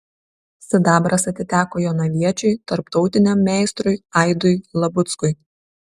sidabras atiteko jonaviečiui tarptautiniam meistrui aidui labuckui